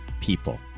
people